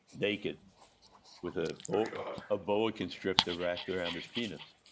naked with a ah boa constrictor wrapped around his penis.